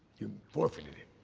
you forfeited it,